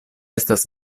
estas